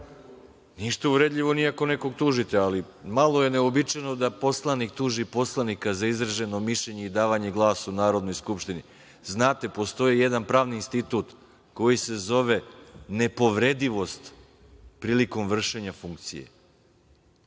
Ništa uvredljivo nije ako nekoga tužite, ali malo je neuobičajeno da poslanik tuži poslanika za izraženo mišljenje i davanja glasa u Narodnoj skupštini. Postoji jedan pravni institut koji se zove nepovredivost prilikom vršenja funkcije.